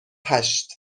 هشت